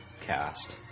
cast